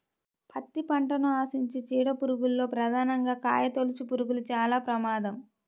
పత్తి పంటను ఆశించే చీడ పురుగుల్లో ప్రధానంగా కాయతొలుచుపురుగులు చాలా ప్రమాదం